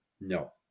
No